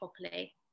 properly